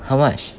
how much